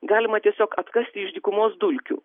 galima tiesiog atkasti iš dykumos dulkių